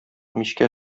мичкә